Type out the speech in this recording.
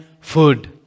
food